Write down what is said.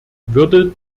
würde